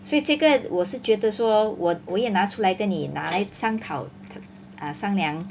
所以这个我是觉得说我我也拿出来跟你拿来参考 uh 商量